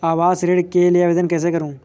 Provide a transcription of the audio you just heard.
आवास ऋण के लिए आवेदन कैसे करुँ?